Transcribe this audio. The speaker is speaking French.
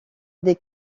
des